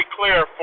clear